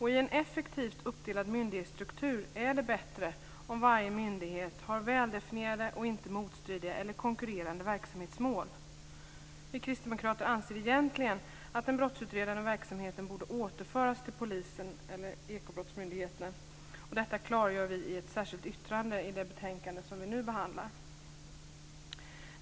I en effektivt uppdelad myndighetsstruktur är det bättre om varje myndighet har väldefinierade och inte motstridiga eller konkurrerande verksamhetsmål. Vi kristdemokrater anser egentligen att den brottsutredande verksamheten borde återföras till polisen eller Ekobrottsmyndigheten. Detta klargör vi i ett särskilt yttrande i det betänkande som vi nu behandlar.